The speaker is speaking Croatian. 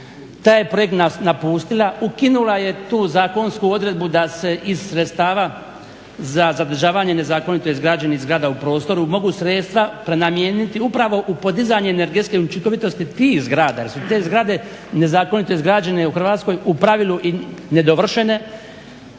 Taj projekt napustila, ukinula je tu zakonsku odredbu da se iz sredstava za zadržavanje nezakonito izgrađenih zgrada u prostoru mogu sredstva prenamijeniti upravo u podizanje energetske učinkovitosti tih zgrada jer su te zgrade nezakonito izgrađene u Hrvatskoj u pravilu i nedovršene,